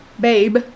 Babe